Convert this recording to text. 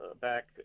back